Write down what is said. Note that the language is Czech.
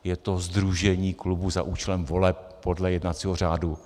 Je to sdružení klubů za účelem voleb podle jednacího řádu.